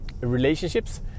relationships